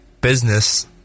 business